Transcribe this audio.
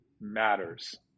matters